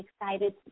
excited